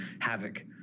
havoc